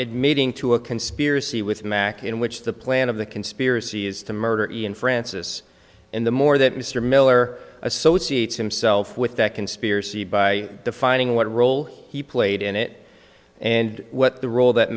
admitting to a conspiracy with mack in which the plan of the conspiracy is to murder in francis and the more that mr miller associates himself with that conspiracy by defining what role he played in it and what the role that